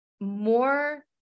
more